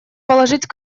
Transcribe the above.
положить